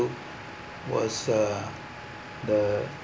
to was a the